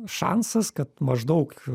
šansas kad maždaug